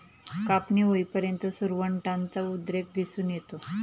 कापणी होईपर्यंत सुरवंटाचा उद्रेक दिसून येतो